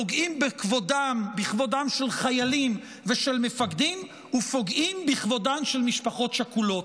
פוגעים בכבודם של חיילים ושל מפקדים ופוגעים בכבודן של משפחות שכולות.